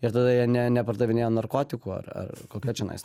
ir tada jie ne nepardavinėja narkotikų ar ar kokia čionais